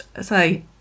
say